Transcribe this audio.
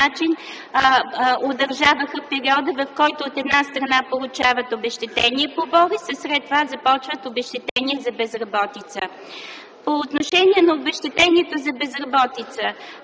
начин удължаваха периода в който, от една страна, получават обезщетение по болест, а след това започват обезщетения за безработица. По отношение на обезщетенията за безработица.